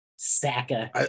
Saka